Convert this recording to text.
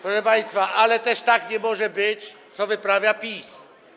Proszę państwa, ale też tak nie może być, co wyprawia PiS.